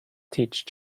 teach